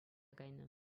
кайнӑ